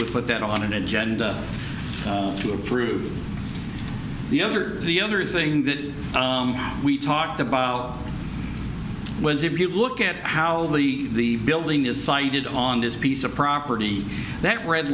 would put that on an agenda to approve the other the other thing that we talked about was if you look at how the building is sited on this piece of property that red